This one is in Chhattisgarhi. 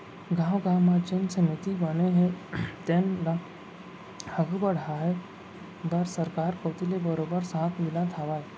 गाँव गाँव म जेन समिति बने हे तेन ल आघू बड़हाय बर सरकार कोती ले बरोबर साथ मिलत हावय